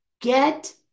get